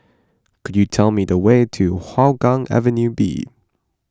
could you tell me the way to Hougang Avenue B